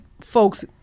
folks